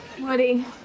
Woody